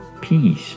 peace